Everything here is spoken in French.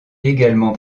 également